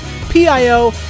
PIO